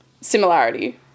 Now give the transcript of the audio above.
similarity